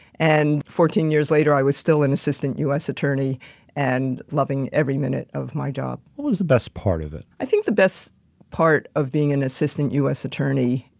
and fourteen years later, i was still an assistant us attorney and loving every minute of my job. what was the best part of it? i think the best part of being an assistant us attorney,